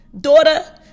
daughter